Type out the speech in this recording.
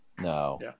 No